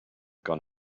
gone